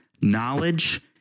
knowledge